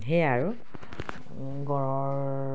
সেয়াই আৰু গঁড়ৰ